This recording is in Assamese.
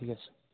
ঠিক আছে